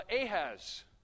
Ahaz